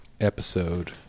episode